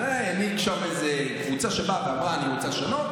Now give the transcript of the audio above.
הנהיג שם איזו קבוצה שבאה ואמרה: אני רוצה לשנות.